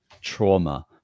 trauma